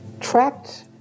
tracked